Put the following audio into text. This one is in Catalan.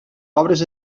obres